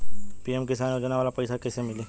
PM Kisan योजना वाला पैसा कईसे मिली?